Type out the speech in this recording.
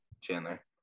Chandler